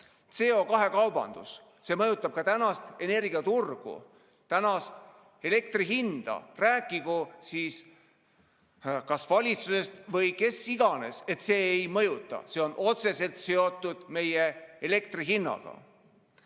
CO2kaubandus – see mõjutab ka tänast energiaturgu, tänast elektri hinda. Rääkigu siis kas valitsus või kes iganes, et see ei mõjuta – see on otseselt seotud meie elektri hinnaga.